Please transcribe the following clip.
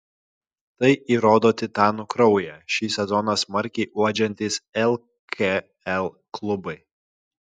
tai įrodo titanų kraują šį sezoną smarkiai uodžiantys lkl klubai